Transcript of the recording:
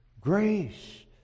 grace